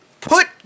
put